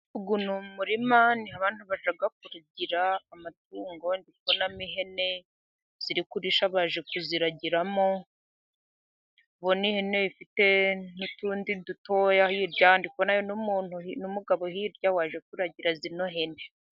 Uyu ni umurima ni aho abantu bajya kuragira amatungo, ndi kubonamo ihene ziri kurisha, baje kuziragiramo, ndi kubona ihene ifite n'utundi dutoya hirya, ndi kubonayo n'umugabo hirya waje kuragira zino hene.